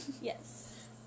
Yes